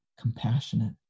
compassionate